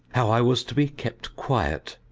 how i was to be kept quiet.